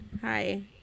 Hi